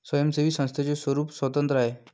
स्वयंसेवी संस्थेचे स्वरूप स्वतंत्र आहे